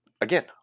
again